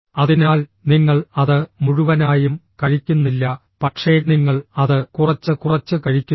അതിനാൽ നിങ്ങൾ അത് മുഴുവനായും കഴിക്കുന്നില്ല പക്ഷേ നിങ്ങൾ അത് കുറച്ച് കുറച്ച് കഴിക്കുന്നു